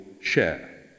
share